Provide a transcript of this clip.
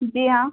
جی ہاں